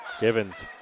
Givens